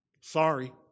Sorry